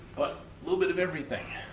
but little bit of everything.